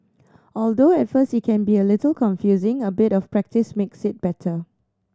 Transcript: although at first it can be a little confusing a bit of practice makes it better